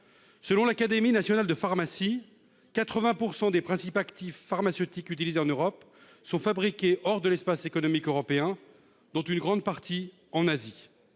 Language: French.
Selon l'Académie nationale de pharmacie, quelque 80 % des principes actifs pharmaceutiques utilisés en Europe sont fabriqués hors de l'espace économique européen, et pour une grande partie en Asie.